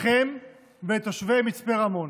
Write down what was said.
לכם ולתושבי מצפה רמון: